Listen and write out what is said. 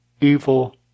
evil